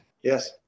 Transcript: Yes